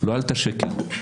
לא עלתה שקל.